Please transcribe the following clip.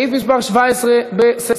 סעיף מס' 17 בסדר-היום: